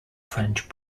french